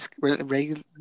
regular